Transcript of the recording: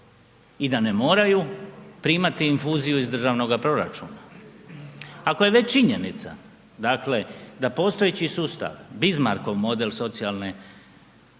i da ne moraju primati infuziju iz državnoga proračuna. Ako je već činjenica dakle da postojeći sustav, Bismarckov model socijalne